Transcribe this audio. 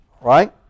Right